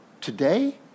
today